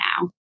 now